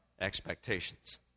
expectations